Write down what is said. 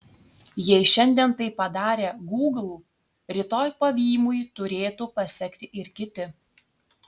jei šiandien tai padarė gūgl rytoj pavymui turėtų pasekti ir kiti